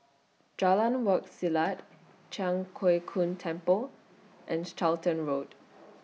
Jalan Wak Selat Cho Keong Temple and Charlton Road